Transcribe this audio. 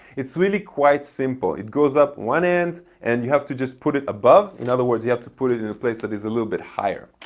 it's really quite simple. it goes up one end and you have to just put it above. in other words you have to put it in a place that is a little bit higher.